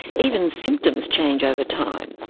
even symptoms change over time.